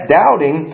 doubting